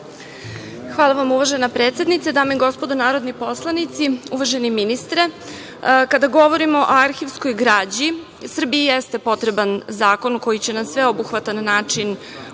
Hvala, uvažena predsednice. Dame i gospodo narodni poslanici, uvaženi ministre, kada govorimo o arhivskoj građi, Srbiji jeste potreban zakon koji će na sveobuhvatan način urediti